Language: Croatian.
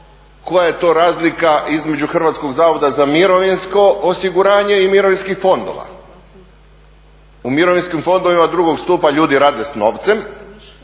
koja je to razlika između HZMO-a i mirovinskih fondova? U mirovinskim fondovima drugog stupa ljudi rade s novcem,